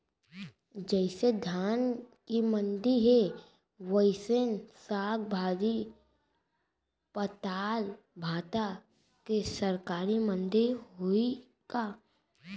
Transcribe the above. जइसे धान के मंडी हे, वइसने साग, भाजी, पताल, भाटा के सरकारी मंडी होही का?